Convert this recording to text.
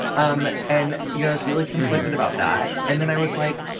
um and, you know, i was really conflicted about that. and then i was like,